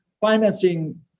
financing